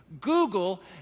Google